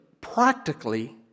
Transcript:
practically